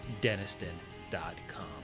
Deniston.com